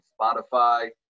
Spotify